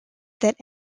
that